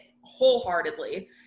wholeheartedly